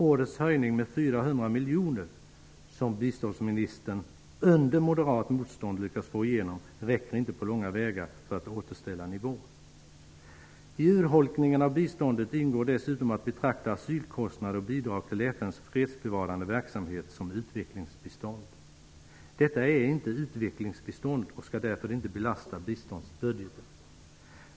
Årets höjning med 400 miljoner, som biståndsministern under moderat motstånd lyckats få igenom, räcker inte på långa vägar för att återställa nivån. I urholkningen av biståndet ingår dessutom att betrakta asylkostnader och bidrag till FN:s fredsbevarande verksamhet som utvecklingsbistånd. Detta är inte utvecklingsbistånd och skall därför inte belasta biståndsbudgeten.